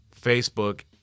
Facebook